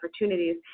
opportunities